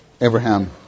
Abraham